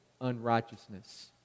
unrighteousness